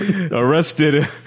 Arrested